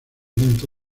viento